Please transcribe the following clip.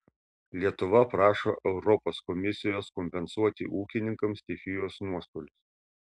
lietuva prašo europos komisijos kompensuoti ūkininkams stichijos nuostolius